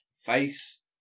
face